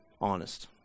Honest